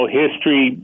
history